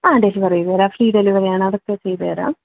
ആ ഡെലിവറി ചെയ്തേരാം ഫ്രീ ഡെലിവറിയാണ് അതൊക്കെ ചെയ്ത തരാം